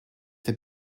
have